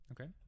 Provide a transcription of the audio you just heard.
okay